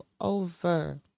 over